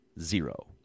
zero